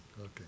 Okay